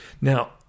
Now